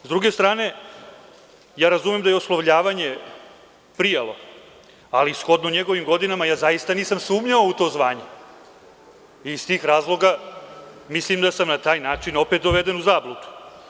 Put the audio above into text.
S druge strane, razumem da je oslovljavanje prijalo, ali shodno njegovim godinama zaista nisam sumnjao u njegovo zvanje i iz tih razloga mislim da sam opet na taj način doveden u zabludu.